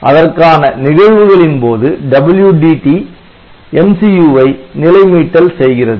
அதற்கான நிகழ்வுகளின்போது WDT MCU வை நிலை மீட்டல் செய்கிறது